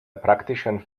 praktischen